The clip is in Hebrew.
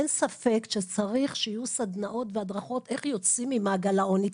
אין ספק שצריך שיהיו סדנאות והדרכות איך יוצאים ממעגל העוני.